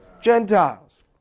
Gentiles